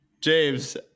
James